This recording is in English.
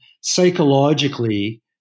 psychologically